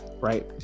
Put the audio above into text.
right